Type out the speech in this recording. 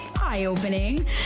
eye-opening